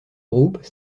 groupes